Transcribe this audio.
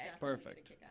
Perfect